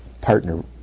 partner